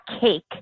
cake